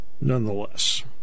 nonetheless